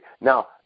Now